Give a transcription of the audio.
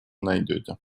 найдёте